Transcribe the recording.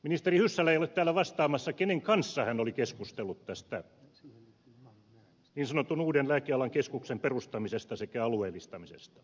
ministeri hyssälä ei ole täällä vastaamassa siihen kenen kanssa hän oli keskustellut niin sanotun uuden lääkealan keskuksen perustamisesta sekä alueellistamisesta